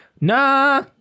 Nah